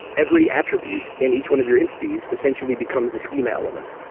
every attribute in each one of your entities essentially becomes a schema element.